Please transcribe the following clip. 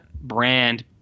brand